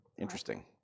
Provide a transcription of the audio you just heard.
interesting